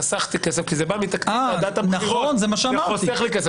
חסכתי כסף כי זה בא מתקציב ועדת הבחירות וחוסך לו כסף.